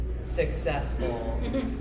successful